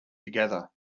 together